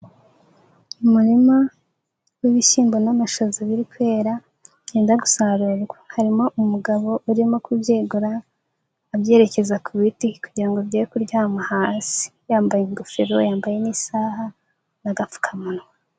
Umurima w'ibishyimbo n'amashaza biri kwera byenda gusarurwa, harimo umugabo urimo kubyegura abyerekeza ku biti kugira ngo byere kuryama hasi, yambaye ingofero yambaye n'isaha n'agapfukamunwa.